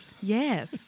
Yes